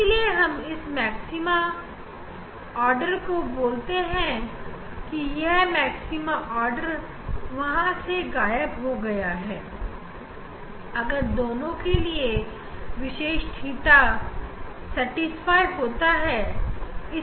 इसलिए हम इसे मिसिंग आर्डर बताते हैं हम इसे मिसिंग ऑर्डर बता दो मिसिंग आर्डर वह होता है अगर दोनों के लिए विशेष थीटा दोनों के लिए सेटिस्फाय होता है